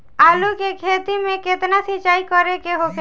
आलू के खेती में केतना सिंचाई करे के होखेला?